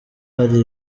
hari